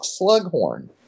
Slughorn